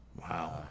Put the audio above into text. Wow